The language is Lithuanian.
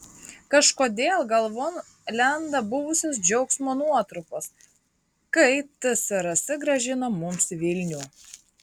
kažkodėl galvon lenda buvusios džiaugsmo nuotrupos kai tsrs grąžino mums vilnių